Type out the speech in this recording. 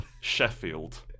Sheffield